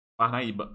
Parnaíba